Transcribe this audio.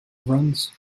runs